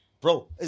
bro